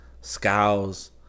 scows